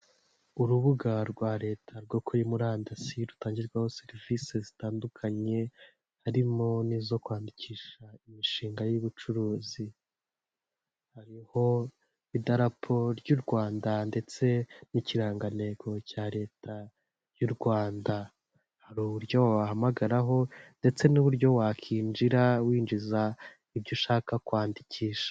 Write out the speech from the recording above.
Urubuga rwa leta rwo kuri murandasi rutangirwaho serivisi zitandukanye, harimo n'izo kwandikisha imishinga y'ubucuruzi, hariho idarapo ry'u Rwanda ndetse n'ikirangantego cya leta y'u Rwanda, hari uburyo wabahamagaraho ndetse n'uburyo wakinjira winjiza ibyo ushaka kwandikisha.